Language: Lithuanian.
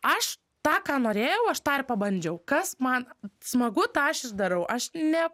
aš tą ką norėjau aš tą ir pabandžiau kas man smagu tą aš ir darau aš ne